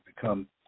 become